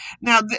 Now